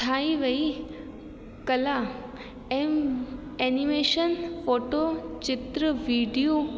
ठाही वेई कला ऐं एनीमेशन फ़ोटो चित्र वीडियो